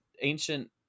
ancient